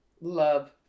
Love